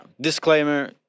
Disclaimer